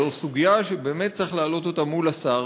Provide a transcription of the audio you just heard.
זו סוגיה שבאמת צריך להעלות אותה מול השר,